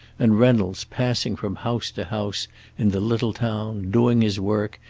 and reynolds, passing from house to house in the little town, doing his work,